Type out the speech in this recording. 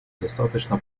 достаточно